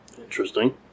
Interesting